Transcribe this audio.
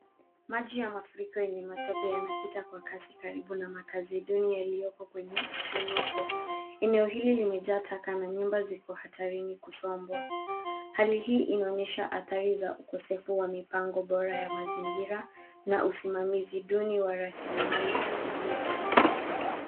Maji ya mafuriko yenye matope yanapita kwa kasi karibu na makaazi duni enye iliopo kwenye miunuko. Eneo hili limejaa taka na nyumba ziko hatarini kusombwa. Hali hii zinaonyesha hathari za ukosefu wa mipango bora ya mazingira na usimamizi duni wa rasilimali asilia.